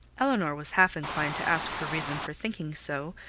elinor was half inclined to ask her reason for thinking so,